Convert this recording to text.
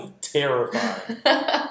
Terrified